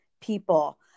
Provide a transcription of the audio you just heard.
people